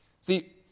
See